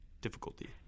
difficulty